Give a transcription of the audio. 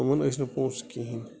یِمَن ٲسۍ نہٕ پۅنٛسہٕ کِہیٖنٛۍ